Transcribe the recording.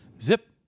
zip